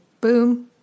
boom